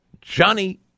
Johnny